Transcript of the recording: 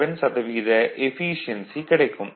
7 சதவீத எஃபீசியென்சி கிடைக்கும்